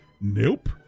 Nope